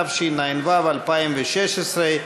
התשע"ו 2016,